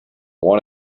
one